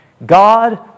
God